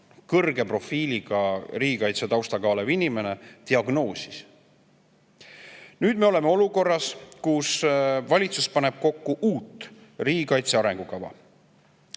kõrge profiiliga, riigikaitse taustaga inimene diagnoosis. Nüüd me oleme olukorras, kus valitsus paneb kokku uut riigikaitse arengukava.